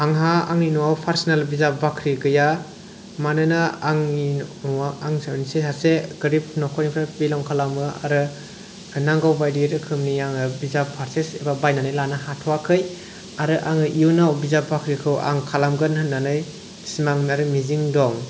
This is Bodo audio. आंहा आंनि नआव पार्सनेल बिजाब बाख्रि गैया मानोना आंनि नआव आं सासे गोरिब नखरनिफ्राय बिलं खालामो आरो नांगौ बायदियै रोखोमनि आङो बिजाब पार्सेस एबा बायनानै लानो हाथ'आखै आरो आङो इयुनाव आं बिजाब बाख्रिखौ आं खालामगोन होननानै सिमां आरो मिजिं दं